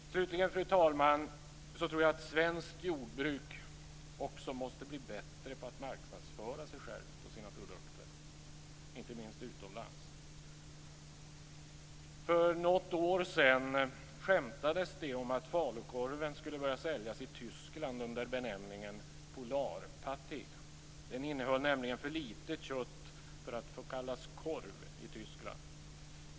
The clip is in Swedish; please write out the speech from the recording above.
Slutligen, fru talman, tror jag att man inom svenskt jordbruk också måste bli bättre på att marknadsföra sig själv och sina produkter, inte minst utomlands. För något år sedan skämtades det om att falukorv skulle börja säljas i Tyskland under benämningen "polarpaté". Den innehöll nämligen för lite kött för att få kallas korv i Tyskland.